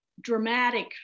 dramatic